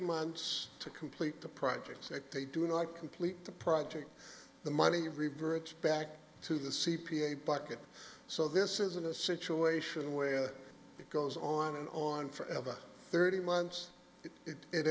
thirty months to complete the projects that they do like complete the project the money revert back to the c p a bucket so this isn't a situation where it goes on and on forever thirty months if it